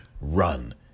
run